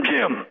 Jim